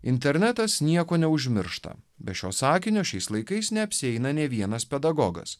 internetas nieko neužmiršta be šio sakinio šiais laikais neapsieina nė vienas pedagogas